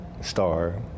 star